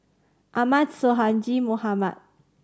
Ahmad Sonhadji Mohamad